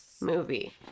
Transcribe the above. Movie